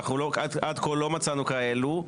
אנחנו עד כה לא מצאנו כאלו,